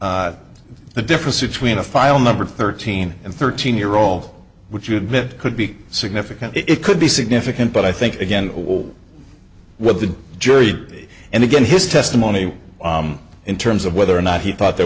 the difference between a file number thirteen and thirteen year old would you admit could be significant it could be significant but i think again or with the jury and again his testimony in terms of whether or not he thought there